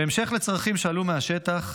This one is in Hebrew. בהמשך לצרכים שעלו מהשטח,